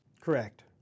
Correct